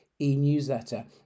e-newsletter